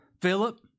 Philip